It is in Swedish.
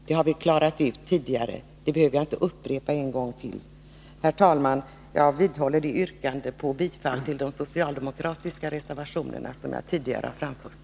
Det har vi klarat ut tidigare. Det behöver jag inte upprepa en gång till. Herr talman! Jag vidhåller det yrkande om bifall till de socialdemokratiska reservationerna som jag tidigare har framfört.